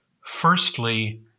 Firstly